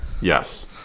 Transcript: yes